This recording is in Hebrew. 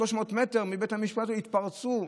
300 מטר מבית המשפט יתפרצו.